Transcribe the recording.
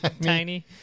tiny